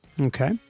Okay